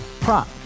prop